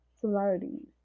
Similarities